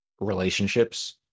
relationships